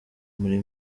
muri